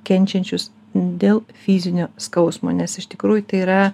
kenčiančius dėl fizinio skausmo nes iš tikrųjų tai yra